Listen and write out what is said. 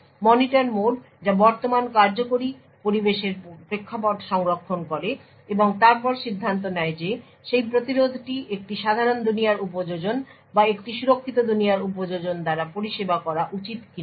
monitor mode যা বর্তমান কার্যকরী পরিবেশের প্রেক্ষাপট সংরক্ষণ করে এবং তারপর সিদ্ধান্ত নেয় যে সেই প্রতিরোধটি একটি সাধারণ দুনিয়ার উপযোজন বা একটি সুরক্ষিত দুনিয়ার উপযোজন দ্বারা পরিষেবা করা উচিত কিনা